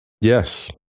Yes